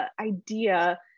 idea